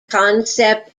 concept